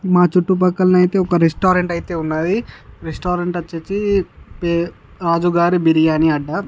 మా చుట్టుపక్కల అయితే ఒక రెస్టారెంట్ అయితే ఉన్నది రెస్టారెంట్ వచ్చి పే రాజుగారి బిర్యానీ అడ్డా